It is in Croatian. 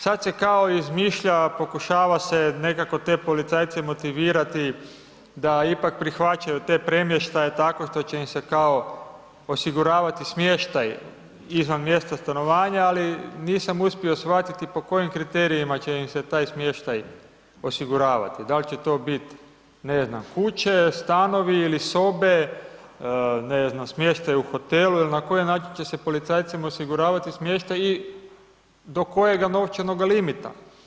Sad se kao izmišlja, pokušava se nekako te policajce motivirati da ipak prihvaćaju te premještaje tako što će im se kao osiguravati smještaj izvan mjesta stanovanja, ali nisam uspio shvatiti po kojim kriterijima će im se taj smještaj osiguravati, da li će to biti ne znam kuće, stanovi ili sobe ne znam smještaj u hotelu ili na koji način će se policajcima osiguravati smještaj i do kojega novčanoga limita.